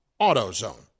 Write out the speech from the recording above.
AutoZone